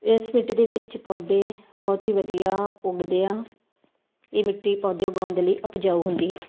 ਇਸ ਮਿੱਟੀ ਦੇ ਵਿੱਚ ਪੌਦੇ ਬਹੁਤ ਹੀ ਵਧੀਆ ਉੱਗਦੇ ਆ ਇਹ ਮਿੱਟੀ ਪੌਦੇ ਉਗਾਉਣ ਦੇ ਲਈ ਉਪਜਾਊ ਹੁੰਦੀ ਹੈ